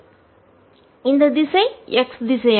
எனவே இந்த திசை x திசை